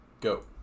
go